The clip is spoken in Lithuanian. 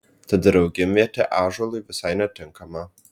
tad ir augimvietė ąžuolui visai netinkama